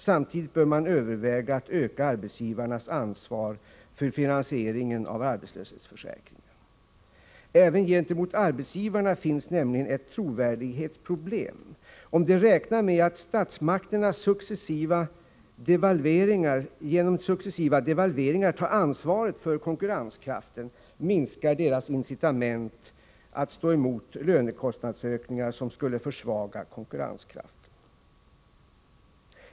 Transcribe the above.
Samtidigt bör man överväga att öka arbetsgivarnas ansvar för finansieringen av arbetslöshetsförsäkringen. Även gentemot arbetsgivarna finns nämligen ett trovärdighetsproblem. Om de räknar med att statsmakterna genom successiva devalveringar tar ansvaret för konkurrenskraften, minskar deras incitament att stå emot lönekostnader som skulle försvaga konkurrenskraften.